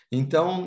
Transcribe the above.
então